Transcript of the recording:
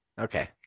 Okay